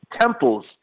temples